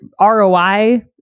ROI